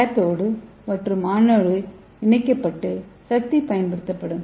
cathode மற்றும் anode இணைக்கப்பட்டு சக்தி பயன்படுத்தப்படும்